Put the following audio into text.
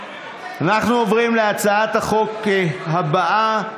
אנחנו עוברים להצעת החוק הבאה,